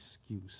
excuse